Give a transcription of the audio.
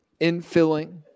infilling